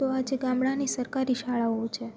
તો આજે ગામડાંની સરકારી શાળાઓ છે